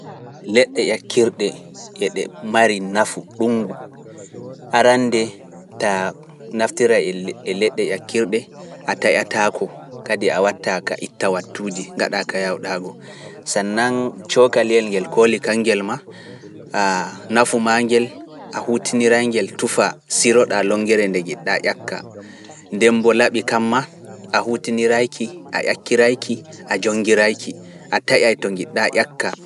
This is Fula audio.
Leɗɗe ƴakirɗe e ɗe mari nafu ɗungu arande ta naftira e leɗɗe ƴakirɗe a taayatako. kadi a watta ka itta wattuuji gaɗa ka yawɗa longere nde njiɗɗa ƴakka ndembo laaɓi kam ma a hutiniraki a ƴakkiraki a jongiraki a taƴay to njiɗɗa ƴakka.